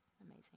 Amazing